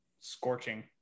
Scorching